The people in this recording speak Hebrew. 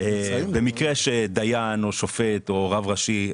במקרה שדיין או שופט או רב ראשי,